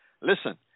listen